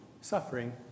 suffering